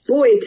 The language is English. Boy